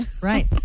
Right